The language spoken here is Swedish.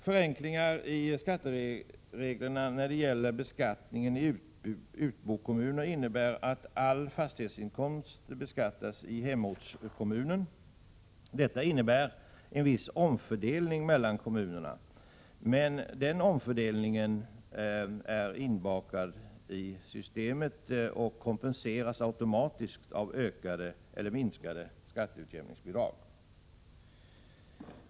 Förenklingar i skattereglerna när det gäller beskattningen av utbokommunerna innebär att all fastighetsinkomst beskattas i hemortskommunen. Detta medför en viss omfördelning mellan kommunerna. Men denna fördelning är inbakad i systemet och kompenseras automatiskt av ökade eller minskade skatteutjämningsbidrag.